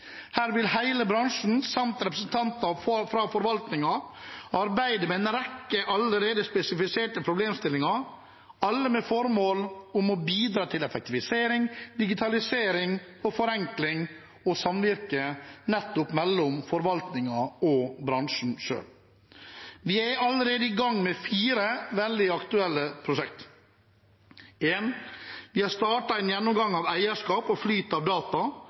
Her vil hele bransjen samt representanter fra forvaltningen arbeide med en rekke allerede spesifiserte problemstillinger, alle med formål om å bidra til effektivisering, digitalisering og forenkling og samvirke nettopp mellom forvaltningen og bransjen selv. Vi er allerede i gang med fire veldig aktuelle prosjekt: Vi har startet en gjennomgang av eierskap og flyt av data